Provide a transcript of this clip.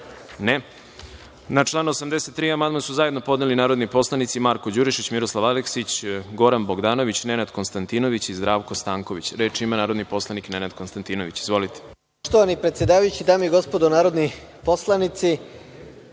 (Ne.)Na član 83. amandman su zajedno podneli narodni poslanici Marko Đurišić, Miroslav Aleksić, Goran Bogdanović, Nenad Konstantinović i Zdravko Stanković. Reč ima narodni poslanik Nenad Konstantinović. Izvolite.